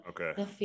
okay